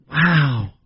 Wow